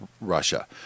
Russia